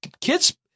kids –